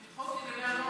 בוועדת החינוך,